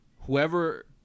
whoever